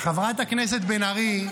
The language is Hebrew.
חברת הכנסת בן ארי,